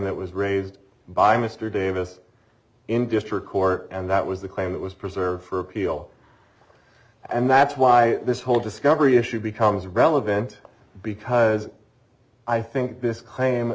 that was raised by mr davis in district court and that was the claim that was preserved for appeal and that's why this whole discovery issue becomes relevant because i think this claim